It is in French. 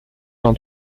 d’un